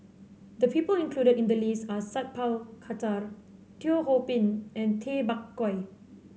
the people included in the list are Sat Pal Khattar Teo Ho Pin and Tay Bak Koi